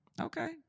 okay